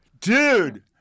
dude